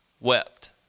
wept